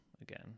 again